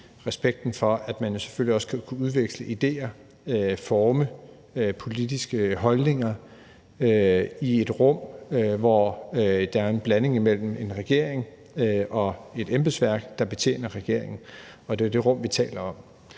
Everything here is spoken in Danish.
respekten for, at man selvfølgelig også skal kunne udveksle idéer og forme politiske holdninger i et rum, hvor der er en blanding imellem en regering og et embedsværk, der betjener regeringen. Og det er jo det rum, vi taler om.